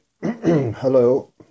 hello